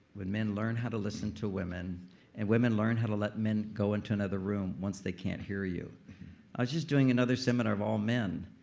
when men learn how to listen to women and women learn how to let men go into another room, once they can't hear you i was just doing another seminar of all men,